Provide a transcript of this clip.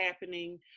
happening